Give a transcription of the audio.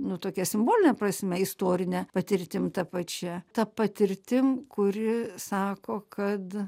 nu tuokia simboline prasme istorine patirtim ta pačia ta patirtim kuri sako kad